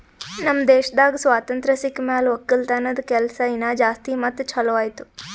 ನಮ್ ದೇಶದಾಗ್ ಸ್ವಾತಂತ್ರ ಸಿಕ್ ಮ್ಯಾಲ ಒಕ್ಕಲತನದ ಕೆಲಸ ಇನಾ ಜಾಸ್ತಿ ಮತ್ತ ಛಲೋ ಆಯ್ತು